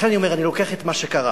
לכן אני אומר, אני לוקח את מה שקרה